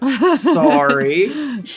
Sorry